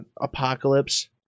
apocalypse